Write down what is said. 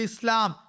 Islam